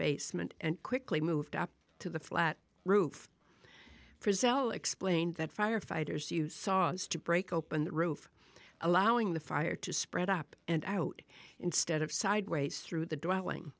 basement and quickly moved up to the flat roof for sale explained that firefighters you saw is to break open the roof allowing the fire to spread up and out instead of sideways through the d